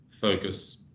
focus